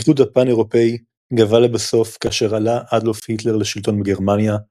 האיחוד הפאן אירופאי גווע לבסוף כאשר עלה אדולף היטלר לשלטון בגרמניה,